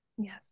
Yes